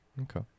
Okay